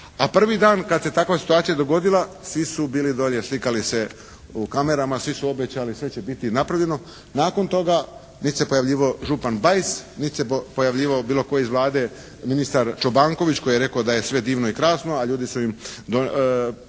A prvi dan kad se takva situacija dogodila svi su bili dolje slikali se u kamerama, svi su obećali, sve će biti napravljeno. Nakon toga, niti se pojavljivao župan Bajs, niti se pojavljivao bilo tko iz Vlade ministar Čobanković koji je rekao da je sve divno i krasno, a ljudi su im